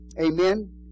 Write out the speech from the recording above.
amen